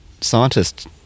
scientists